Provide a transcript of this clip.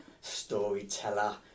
storyteller